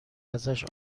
ازش